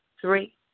three